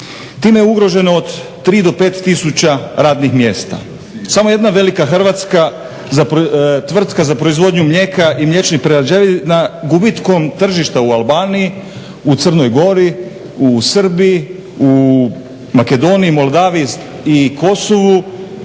Time je ugroženo od 3 do 5 tisuća radnih mjesta, samo jedna velika hrvatska tvrtka za proizvodnju mlijeka i mliječnih prerađevina gubitkom tržišta u Albaniji, u Crnoj Gori, u Srbiji, u Makedoniji, Moldaviji i Kosovu